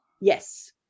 Yes